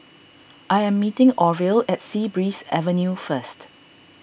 I am meeting Orvil at Sea Breeze Avenue first